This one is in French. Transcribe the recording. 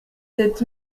sept